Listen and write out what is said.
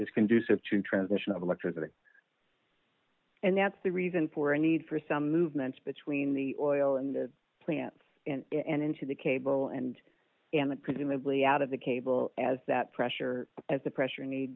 s conducive to transmission of electricity and that's the reason for a need for some movements between the oil and the plants and into the cable and presumably out of the cable as that pressure as the pressure need